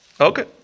Okay